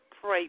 pray